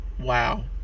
wow